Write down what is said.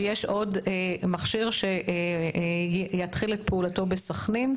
ויש עוד מכשיר שיתחיל את פעולתו בסכנין,